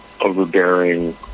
overbearing